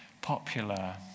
popular